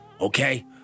okay